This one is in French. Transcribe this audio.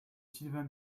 sylvain